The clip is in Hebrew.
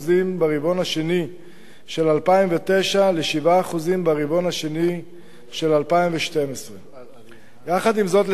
ברבעון השני של 2009 ל-7% ברבעון השני של 2012. יחד עם זאת,